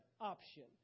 option